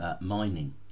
mining